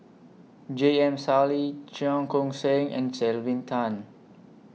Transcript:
J M Sali Cheong Koon Seng and Tan